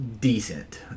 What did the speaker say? decent